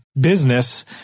business